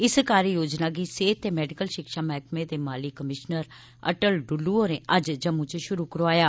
इस कार्ययोजना गी सेह्त ते मैडिकल शिक्षा मैह्कमे दे माली कमिशनर अटल डुल्लु होरें अज्ज जम्मू च शुरु करोआया